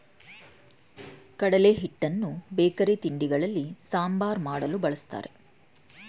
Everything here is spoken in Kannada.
ಕಡಲೆ ಹಿಟ್ಟನ್ನು ಬೇಕರಿ ತಿಂಡಿಗಳಲ್ಲಿ, ಸಾಂಬಾರ್ ಮಾಡಲು, ಬಳ್ಸತ್ತರೆ